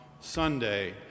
Sunday